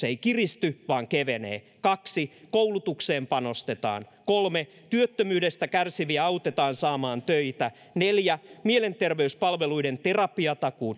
ei kiristy vaan kevenee kaksi koulutukseen panostetaan kolme työttömyydestä kärsiviä autetaan saamaan töitä neljä mielenterveyspalveluiden terapiatakuu